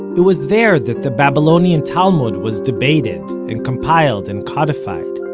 it was there that the babylonian talmud was debated and compiled and codified.